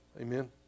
Amen